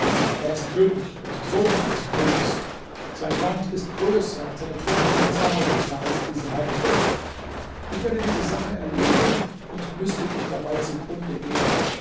er ist könig und sohn eines königs sein land ist größer und seine truppen sind zahlreicher als die seinigen ich werde diese sache erledigen und müßte ich dabei zugrunde gehen